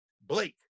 Blake